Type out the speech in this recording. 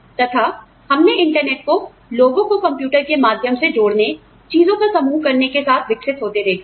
तथा हमने इंटरनेट को लोगों को कंप्यूटर के माध्यम से जोड़ने चीजों का समूह करने के साथ विकसित होते देखा है